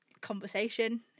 conversation